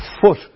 foot